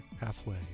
Halfway